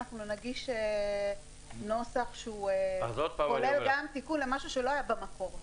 אנחנו נגיש נוסח שכולל גם תיקון למשהו שלא היה במקור.